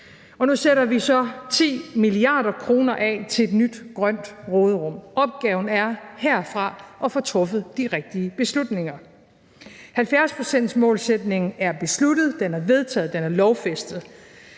Nu sætter vi så 10 mia. kr. af til et nyt grønt råderum. Opgaven herfra er at få truffet de rigtige beslutninger. 70-procentsmålsætningen er besluttet, den er vedtaget, den er lovfæstet.